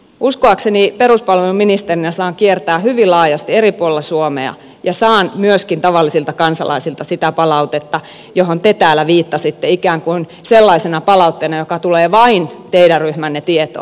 uskoakseni peruspalveluministerinä saan kiertää hyvin laajasti eri puolilla suomea ja saan myöskin tavallisilta kansalaisilta sitä palautetta johon te täällä viittasitte ikään kuin sellaisena palautteena joka tulee vain teidän ryhmänne tietoon